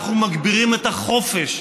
אנחנו מגבירים את החופש,